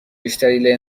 بیشتری